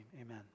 amen